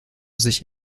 sich